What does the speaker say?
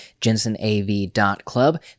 JensenAV.Club